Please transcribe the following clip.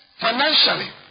financially